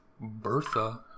Bertha